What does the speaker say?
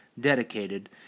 dedicated